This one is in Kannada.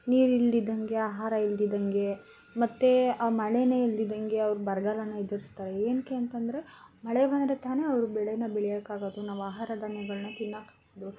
ನೀರಿಲ್ದಿದ್ದಂಗೆ ಆಹಾರ ಇಲ್ದಿದ್ದಂಗೆ ಮತ್ತೆ ಮಳೇನೇ ಇಲ್ದಿದ್ದಂಗೆ ಅವ್ರು ಬರಗಾಲಾನ ಎದ್ರಿಸ್ತಾರೆ ಏನಕ್ಕೆ ಅಂತಂದರೆ ಮಳೆ ಬಂದರೆ ತಾನೇ ಅವರು ಬೆಳೆನ ಬೆಳಿಯಕ್ಕೆ ಆಗೋದು ನಾವು ಆಹಾರ ಧಾನ್ಯಗಳನ್ನ ತಿನ್ನಕ್ಕಾಗೋದು